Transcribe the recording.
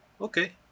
Okay